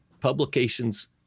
publications